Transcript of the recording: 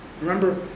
Remember